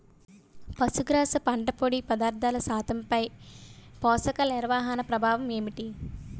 పశుగ్రాస పంట పొడి పదార్థాల శాతంపై పోషకాలు నిర్వహణ ప్రభావం ఏమిటి?